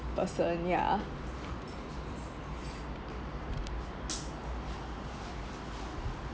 person ya